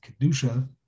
kedusha